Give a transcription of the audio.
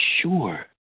sure